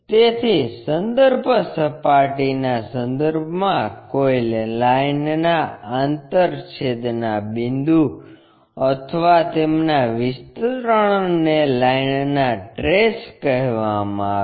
તેથી સંદર્ભ સપાટીના સંદર્ભમાં કોઈ લાઇનના આંતરછેદના બિંદુ અથવા તેમના વિસ્તરણને લાઇનના ટ્રેસ કહેવામાં આવે છે